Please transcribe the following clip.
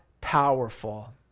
powerful